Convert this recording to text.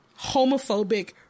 homophobic